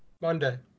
Monday